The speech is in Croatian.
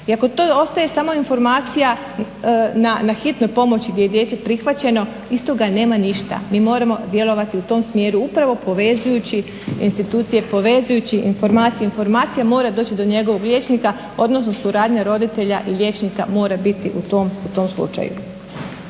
I ako to ostaje samo informacija na hitnoj pomoći gdje je dijete prihvaćeno iz toga nema ništa, mi moramo djelovati u tom smjeru upravo povezujući institucije, povezujući informacije, informacija mora doći njegovog liječnika, odnosno suradnja roditelja i liječnika mora biti u tom slučaju.